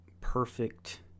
perfect